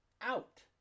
out